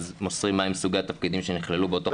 מוסרים מה סוגי התפקידים שנכללו באותו חתך.